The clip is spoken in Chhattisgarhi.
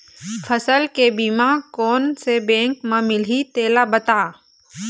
फसल के बीमा कोन से बैंक म मिलही तेला बता?